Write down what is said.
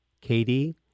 Katie